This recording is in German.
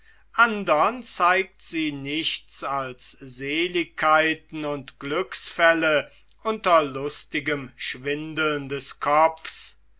andern zeigt sie nichts als seeligkeiten und glücksfälle unter lustigem schwindeln des kopfs